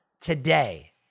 today